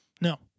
No